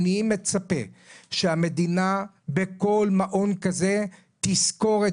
אני מצפה שהמדינה בכל מעון כזה תשכור את